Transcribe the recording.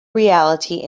reality